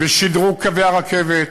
בשדרוג קווי הרכבת,